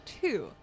two